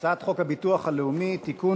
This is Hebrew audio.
הצעת חוק הביטוח הלאומי (תיקון,